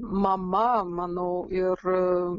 mama manau ir